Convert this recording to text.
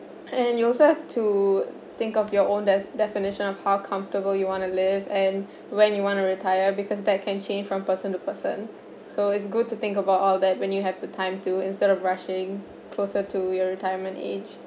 and you also have to think of your own def~ definition of how comfortable you want to live and when you want to retire because that can change from person to person so it's good to think about all that when you have the time to instead of rushing closer to your retirement age